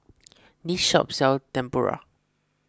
this shop sells Tempura